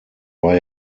war